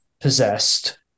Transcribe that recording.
possessed